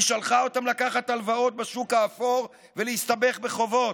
היא שלחה אותם לקחת הלוואות בשוק האפור ולהסתבך בחובות.